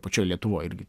pačioj lietuvoj irgi